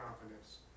confidence